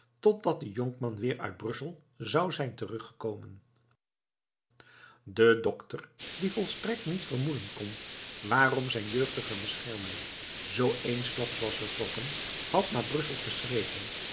totdat de jonkman weer uit brussel zou zijn teruggekomen de dokter die volstrekt niet vermoeden kon waarom zijn jeugdige beschermeling zoo eensklaps was vertrokken had naar brussel geschreven